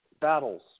battles